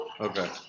Okay